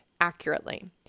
accurately